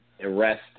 arrest